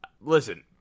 Listen